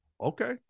Okay